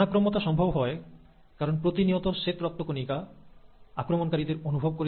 অনাক্রম্যতা সম্ভব হয় কারণ প্রতিনিয়ত শ্বেত রক্তকণিকা বাইরের বস্তুর উপস্থিতি অনুভব করে